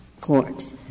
courts